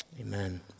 Amen